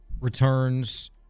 returns